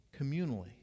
communally